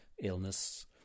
illness